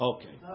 Okay